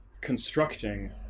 constructing